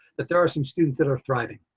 that there are some students that are thriving.